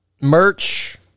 Merch